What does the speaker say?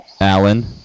Alan